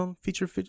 feature